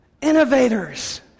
innovators